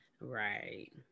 Right